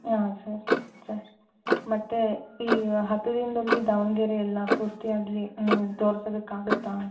ಹಾಂ sir sir ಮತ್ತೆ ಈ ಹತ್ತು ದಿನದಲ್ಲಿ ದಾವಣಗೆರೆ ಎಲ್ಲ ಪೂರ್ತಿಯಾಗಿ ನೀವು ತೋರ್ಸೋದಕ್ಕೆ ಆಗುತ್ತಾ